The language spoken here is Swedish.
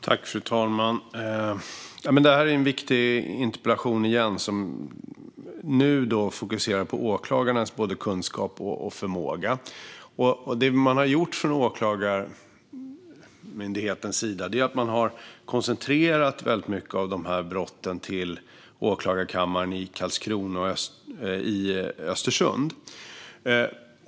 Fru talman! Detta är en viktig interpellation, som fokuserar på åklagarnas kunskap och förmåga. Det som Åklagarmyndigheten har gjort är att koncentrera många av dessa brott till åklagarkammaren i Karlskrona respektive i Östersund.